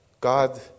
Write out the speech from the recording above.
God